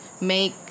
Make